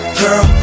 girl